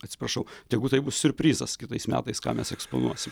atsiprašau tegu tai bus siurprizas kitais metais ką mes eksponuosim